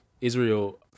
Israel